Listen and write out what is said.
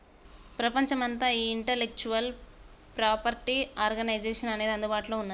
ప్రపంచమంతా ఈ intellectual property organization అనేది అందుబాటులో ఉన్నది